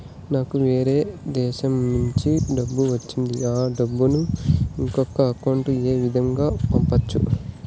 నాకు వేరే దేశము నుంచి డబ్బు వచ్చింది ఆ డబ్బును ఇంకొక అకౌంట్ ఏ విధంగా గ పంపొచ్చా?